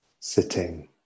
Sitting